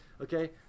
Okay